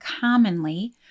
commonly